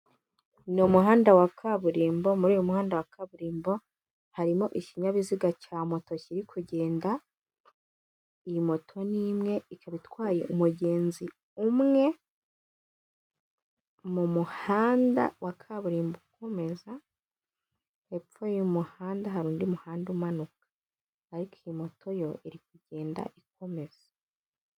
Ni umuhanda wa kaburimbo muri uwo muhanda wa kaburimbo harimo ikinyabiziga cya moto kiri kugenda, iyi moto ni imwe ikaba itwaye umugenzi umwe, mu muhanda wa kaburimbo ukomeza, hepfo y'umuhanda hari undi muhanda umanuka ariko iyi moto yo iri kugenda ikomeza.